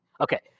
Okay